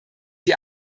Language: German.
die